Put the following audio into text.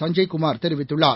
சஞ்சய் குமார் தெரிவித்துள்ளார்